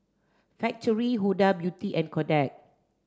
Factorie Huda Beauty and Kodak